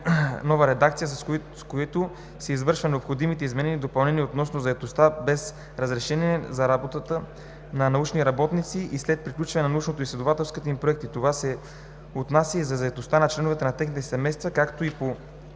нови редакции, с които се извършват необходимите изменения и допълнения относно заетостта, без разрешение за работа на научни работници и след приключване на научно изследователските им проекти. Това се отнася и за заетостта на членовете на техните семейства, както и по